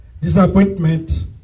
disappointment